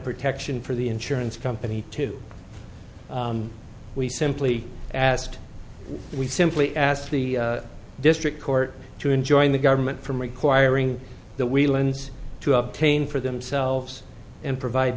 protection for the insurance company too we simply asked we simply asked the district court to enjoin the government from requiring that we lens to obtain for themselves and provide